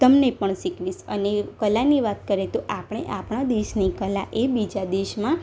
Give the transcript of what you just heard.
તમને પણ શીખવીશ અને કલાની વાત કરીએ તો આપણે આપણા દેશની કલા એ બીજા દેશમાં